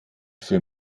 für